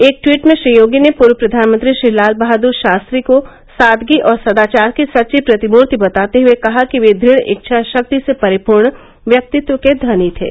एक ट्वीट में श्री योगी ने पूर्व प्रधानमंत्री श्री लाल बहादुर शास्त्री को सादगी और सदाचार की सच्ची प्रतिमूर्ति बताते हुये कहा कि वे दृढ़ इच्छा शक्ति से परिपूर्ण व्यक्तित्व के धनी थे